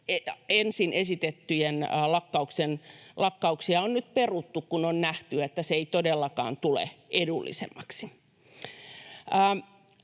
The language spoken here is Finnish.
ensin esitettyjä lakkautuksia on nyt peruttu, kun on nähty, että se ei todellakaan tule edullisemmaksi.